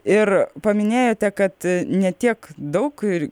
ir paminėjote kad ne tiek daug ir